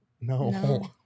No